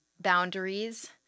boundaries